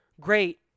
Great